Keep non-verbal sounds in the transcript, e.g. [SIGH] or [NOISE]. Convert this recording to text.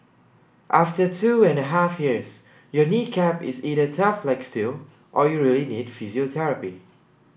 after two and a half years your knee cap is either tough like steel or you [UNINTELLIGIBLE] need physiotherapy